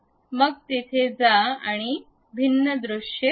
मग तेथे जा या भिन्न दृश्ये पहा